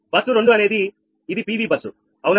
bus 2 అనేది ఇది PV bus అవునా